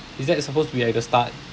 is that supposed to be at the start